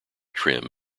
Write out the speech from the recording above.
trim